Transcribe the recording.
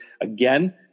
again